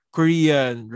Korean